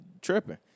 Tripping